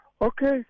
Okay